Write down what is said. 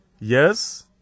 yes